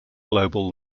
global